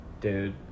dude